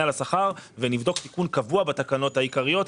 על השכר ונבדוק תיקון קבוע בתקנות העיקריות,